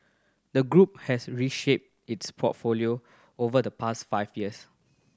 the group has reshaped its portfolio over the past five years